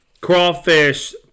crawfish